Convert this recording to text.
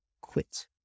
quit